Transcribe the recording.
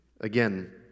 Again